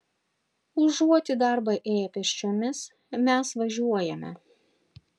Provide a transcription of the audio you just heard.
užuot į darbą ėję pėsčiomis mes važiuojame